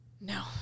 No